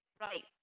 right